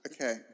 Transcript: Okay